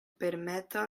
permeta